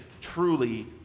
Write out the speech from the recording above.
truly